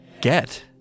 Get